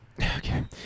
Okay